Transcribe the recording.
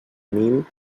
mil